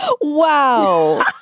Wow